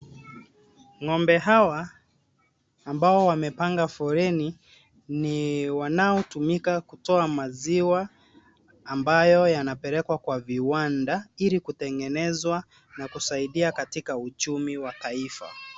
Ng'ombe hawa ambao wamepanga foleni ni wanaotumika kutoa maziwa ambayo yanapelekwa kwa viwanda ilikutegenezwa na kusaidia katika uchumi wa taifa.